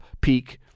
peak